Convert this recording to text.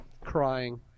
crying